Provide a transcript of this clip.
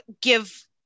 give